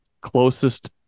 closest